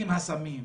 עם סמים,